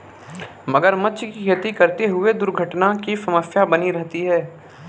मगरमच्छ की खेती करते हुए दुर्घटना की समस्या बनी रहती है